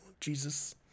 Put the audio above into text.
Jesus